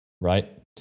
right